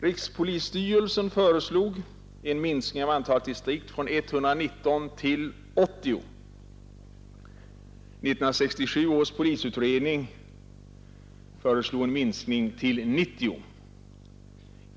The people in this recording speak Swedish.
Rikspolisstyrelsen föreslog en minskning av antalet distrikt från 119 till 80. 1967 års polisutredning föreslog en minskning till 90.